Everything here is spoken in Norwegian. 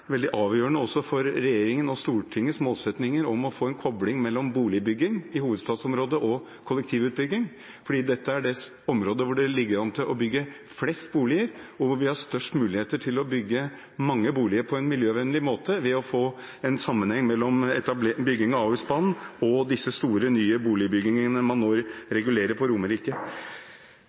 veldig avgjørende for regjeringens og Stortingets målsetting om å få en kobling mellom boligbygging i hovedstadsområdet og kollektivutbygging. Dette er det området hvor det ligger an til å bli bygget flest boliger, og hvor vi har størst mulighet til å bygge mange boliger på en miljøvennlig måte, ved å få en sammenheng mellom bygging av Ahusbanen og de store, nye boligbyggingene man nå regulerer for på Romerike.